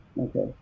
okay